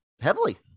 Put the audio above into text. heavily